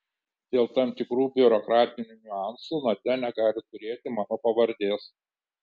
dėl tam tikrų biurokratinių niuansų nadia negali turėti mano pavardės